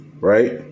Right